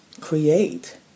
create